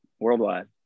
Worldwide